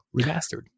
remastered